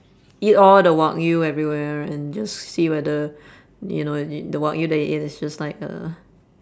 eat all the wagyu everywhere and just see whether you know if the wagyu that you ate is just like uh